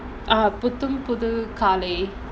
ah புத்தம் புது காலை:putham pudhu kalai